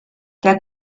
der